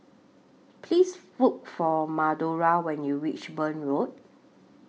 Please Look For Madora when YOU REACH Burn Road